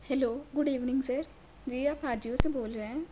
hello good evening sir جی آپ آجیو سے بول رہے ہیں